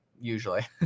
usually